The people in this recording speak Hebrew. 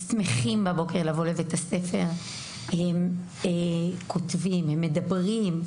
שמחים לבוא לבית הספר בבוקר, כותבים ומדברים.